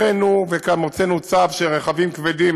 הנחינו וגם הוצאנו צו שרכבים כבדים,